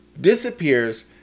Disappears